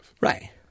Right